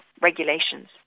regulations